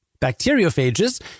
Bacteriophages